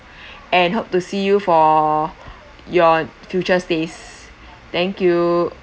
and hope to see you for your future stays thank you